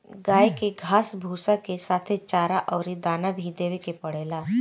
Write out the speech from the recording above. गाई के घास भूसा के साथे चारा अउरी दाना भी देवे के पड़ेला